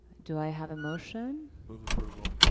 do i have a motion? move approval.